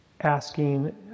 asking